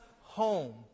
home